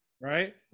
right